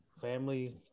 family